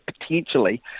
potentially